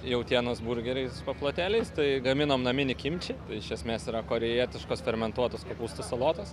jautienos burgeriai su paplotėliais tai gaminom naminį kimči tai iš esmės yra korėjietiškos fermentuotos kopūstų salotos